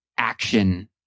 action